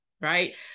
Right